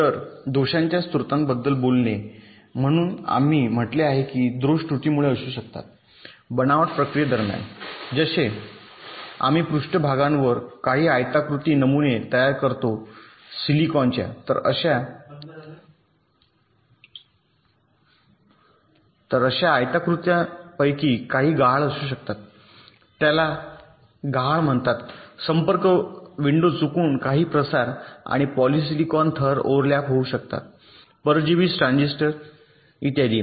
तर दोषांच्या स्त्रोतांबद्दल बोलणे म्हणून आम्ही म्हटले आहे की दोष त्रुटीमुळे असू शकतात बनावट प्रक्रियेदरम्यान जसे आम्ही पृष्ठभागावर काही आयताकृती नमुने तयार करतो सिलिकॉन च्या तर अशा आयताकृतींपैकी काही गहाळ असू शकतात त्याला गहाळ म्हणतात संपर्क विंडो चुकून काही प्रसार आणि पॉलीसिलिकॉन थर ओव्हरलॅप होऊ शकतात परजीवी ट्रान्झिस्टर इत्यादी